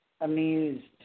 amused